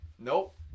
nope